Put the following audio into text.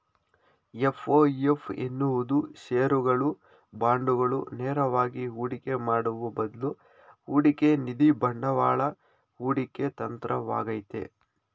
FOF ಎನ್ನುವುದು ಶೇರುಗಳು, ಬಾಂಡುಗಳು ನೇರವಾಗಿ ಹೂಡಿಕೆ ಮಾಡುವ ಬದ್ಲು ಹೂಡಿಕೆನಿಧಿ ಬಂಡವಾಳ ಹೂಡಿಕೆ ತಂತ್ರವಾಗೈತೆ